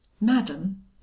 Madam